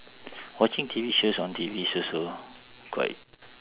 watching T_V shows on T_V is also quite